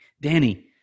Danny